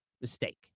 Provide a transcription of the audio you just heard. Mistake